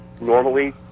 normally